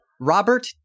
Robert